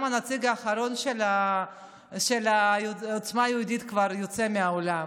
גם הנציג האחרון של עוצמה יהודית כבר יוצא מהאולם.